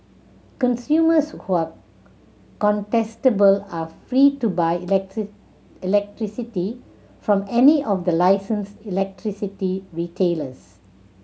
consumers who are contestable are free to buy electricity from any of the licensed electricity retailers